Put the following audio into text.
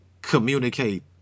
communicate